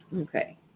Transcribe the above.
Okay